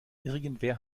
irgendwer